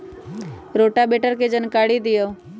Rotavator के जानकारी दिआउ?